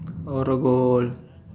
I want to go